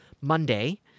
Monday